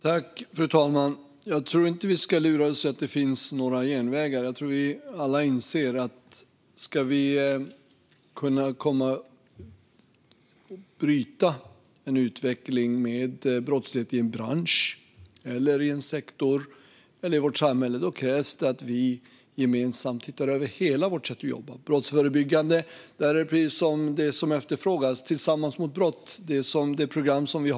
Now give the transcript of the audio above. Fru talman! Jag tror inte att vi ska lura i oss att det finns några genvägar. Jag tror att vi alla inser att om vi ska kunna bryta en utveckling med brottslighet i en bransch, en sektor eller vårt samhälle krävs det att vi gemensamt tittar över hela vårt sätt att jobba. När det gäller brottsförebyggande, som efterfrågas, har vi programmet Tillsammans mot brott.